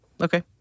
Okay